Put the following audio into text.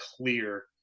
clear